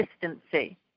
consistency